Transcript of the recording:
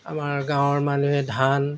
আমাৰ গাঁৱৰ মানুহে ধান